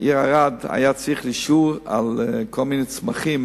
היה צריך אישור על כל מיני צמחים,